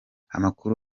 amakuru